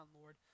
Lord